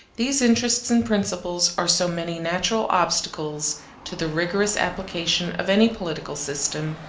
these interests and principles are so many natural obstacles to the rigorous application of any political system,